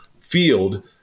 field